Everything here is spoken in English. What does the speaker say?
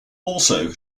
also